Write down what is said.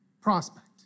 prospect